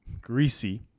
greasy